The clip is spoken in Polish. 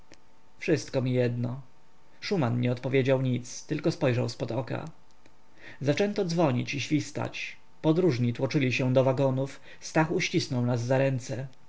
wszystko mi jedno szuman nie odpowiedział nic tylko spojrzał zpod oka zaczęto dzwonić i świstać podróżni tłoczyli się do wagonów stach uścisnął nas za ręce